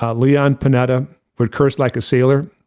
ah leon panetta would curse like a sailor,